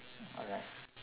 alright